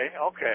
okay